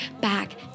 back